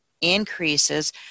increases